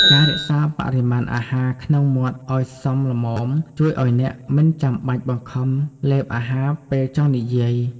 ការរក្សាបរិមាណអាហារក្នុងមាត់ឱ្យសមល្មម ជួយឱ្យអ្នកមិនចាំបាច់បង្ខំលេបអាហារពេលចង់និយាយ។